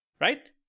right